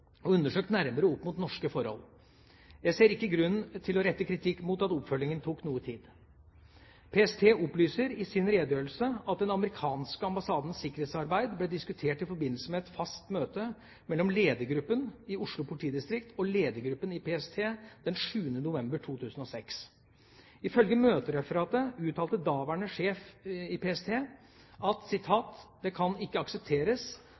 og undersøkt nærmere opp mot norske forhold. Jeg ser ikke grunn til å rette kritikk mot at oppfølgingen tok noe tid. PST opplyser i sin redegjørelse at den amerikanske ambassadens sikkerhetsarbeid ble diskutert i forbindelse med et fast møte mellom ledergruppen i Oslo politidistrikt og ledergruppen i PST den 7. november 2006. Ifølge møtereferatet uttalte daværende sjef i PST at «det ikke kan aksepteres